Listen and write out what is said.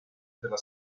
della